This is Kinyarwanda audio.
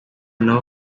nabo